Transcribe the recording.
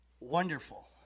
Wonderful